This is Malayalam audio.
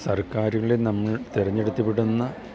സർക്കാരിലെ നമ്മൾ തിരഞ്ഞെടുത്തു വിടുന്ന